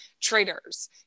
Traders